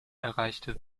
erreichte